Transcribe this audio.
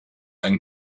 ein